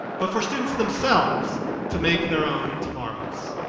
but for students themselves to make their own tomorrows.